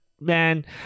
man